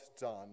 done